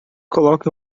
coloca